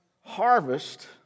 harvest